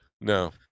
no